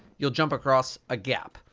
you'll jump across a gap.